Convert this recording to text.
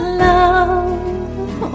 love